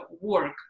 work